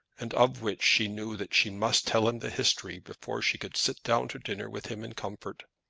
and of which she knew that she must tell him the history before she could sit down to dinner with him in comfort.